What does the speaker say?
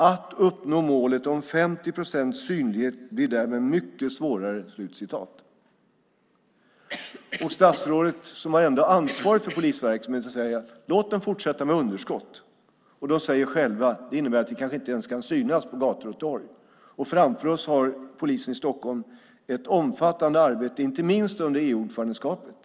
Att uppnå målet om 50 procents synlighet blir därför mycket svårare." Statsrådet, som ändå har ansvaret för polisverksamheten, säger alltså: Låt dem fortsätta med underskott. Själva säger de: Det innebär att vi kanske inte ens kan synas på gator och torg. Framför oss ligger att polisen i Stockholm har ett omfattande arbete inte minst under EU-ordförandeskapet.